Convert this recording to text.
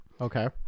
Okay